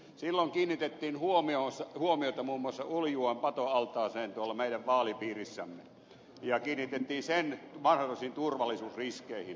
silloin kiinnitettiin huomiota muun muassa uljuan patoaltaaseen tuolla meidän vaalipiirissämme ja sen mahdollisiin turvallisuusriskeihin